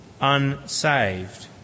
unsaved